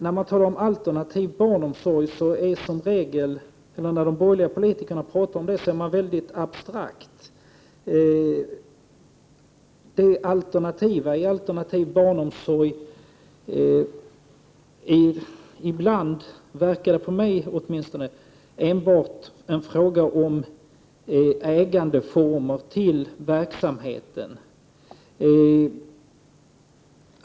När borgerliga politiker talar om alternativ barnomsorg är de väldigt abstrakta. Det alternativa verkar åtminstone på mig enbart vara en fråga om ägandeformer till verksamheten.